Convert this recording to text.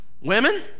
women